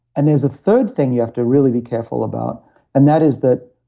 and there's a third thing you have to really be careful about and that is that,